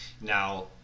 Now